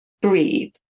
breathe